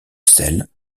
sel